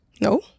No